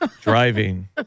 driving